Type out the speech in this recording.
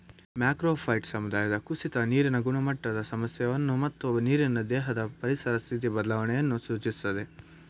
macrophyte ಸಮುದಾಯದ ಕುಸಿತ ನೀರಿನ ಗುಣಮಟ್ಟದ ಸಮಸ್ಯೆಯನ್ನು ಮತ್ತು ನೀರಿನ ದೇಹದ ಪರಿಸರ ಸ್ಥಿತಿ ಬದಲಾವಣೆಯನ್ನು ಸೂಚಿಸ್ತದೆ